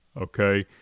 okay